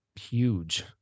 huge